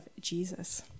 Jesus